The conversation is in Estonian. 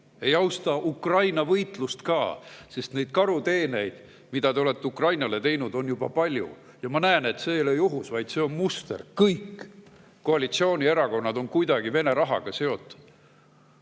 Ei austa ka Ukraina võitlust. Neid karuteeneid, mida te olete Ukrainale teinud, on juba palju, ja ma näen, et see ei ole juhus, vaid see on muster. Kõik koalitsioonierakonnad on kuidagi Vene rahaga seotud.